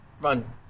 run